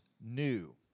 new